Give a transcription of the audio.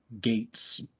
gates